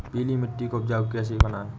पीली मिट्टी को उपयोगी कैसे बनाएँ?